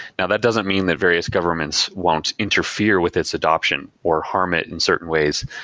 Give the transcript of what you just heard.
now that doesn't mean that various governments won't interfere with its adoption or harm it in certain ways,